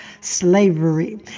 slavery